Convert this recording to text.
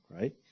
right